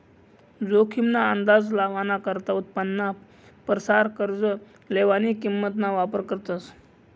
जोखीम ना अंदाज लावाना करता उत्पन्नाना परसार कर्ज लेवानी किंमत ना वापर करतस